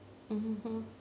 mmhmm